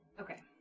okay